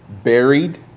Buried